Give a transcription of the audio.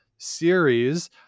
series